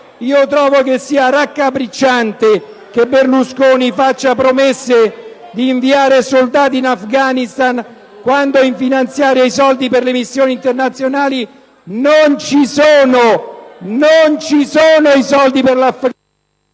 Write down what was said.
Trovo raccapricciante che Berlusconi faccia promesse di inviare soldati in Afghanistan, quando in finanziaria i soldi per le missioni internazionali non ci sono. Non ci sono! *(Proteste dal